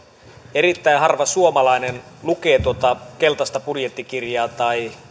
erittäin harva suomalainen lukee tuota keltaista budjettikirjaa tai